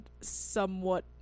somewhat